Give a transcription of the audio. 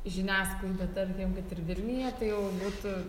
žiniasklaida tarkim kad ir vilniuje tai jau būtų